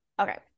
Okay